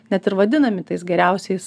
net ir vadinami tais geriausiais